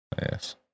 Yes